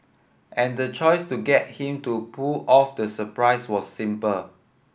and the choice to get him to pull off the surprise was simple